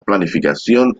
planificación